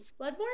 Bloodborne